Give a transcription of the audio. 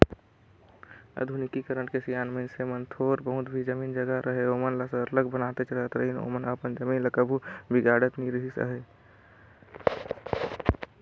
आधुनिकीकरन के सियान मइनसे मन थोर बहुत भी जमीन जगहा रअहे ओमन सरलग बनातेच रहत रहिन ओमन अपन जमीन ल कभू बिगाड़त नी रिहिस अहे